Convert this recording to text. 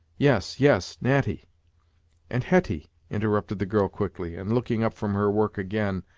yes, yes natty and hetty interrupted the girl quickly, and looking up from her work again,